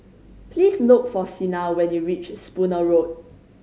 please look for Sina when you reach Spooner Road